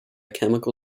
chemical